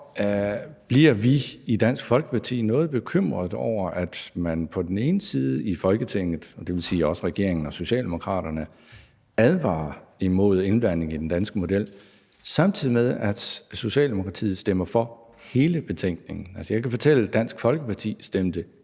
bliver vi i Dansk Folkeparti noget bekymrede over, at man på den ene side i Folketinget – og det vil også sige regeringen og Socialdemokraterne – advarer imod indblanding i den danske model, samtidig med at Socialdemokraterne stemmer for hele betænkningen. Jeg kan fortælle, at Dansk Folkeparti stemte imod ikke